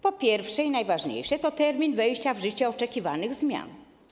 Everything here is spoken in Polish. Po pierwsze i najważniejsze, terminem wejścia w życie oczekiwanych zmian.